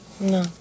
no